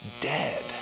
dead